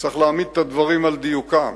צריך להעמיד את הדברים על דיוקם.